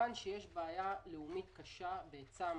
כמובן שיש בעיה לאומית קשה בהיצע המחצבות.